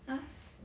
!hais!